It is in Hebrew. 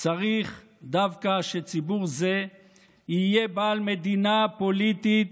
"צריך דווקא שציבור זה יהיה בעל מדינה פוליטית